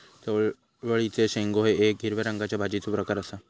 चवळीचे शेंगो हे येक हिरव्या रंगाच्या भाजीचो प्रकार आसा